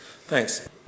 Thanks